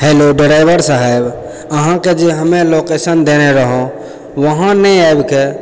hello driver साहेब अहाँके जे हमे लोकेशन देने रहोँ वहाँ नहि आबिकऽ